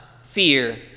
fear